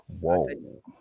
Whoa